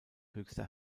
höchster